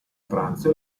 pranzo